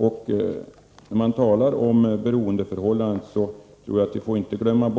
När det gäller beroendeförhållandet mellan lärare och elever: Även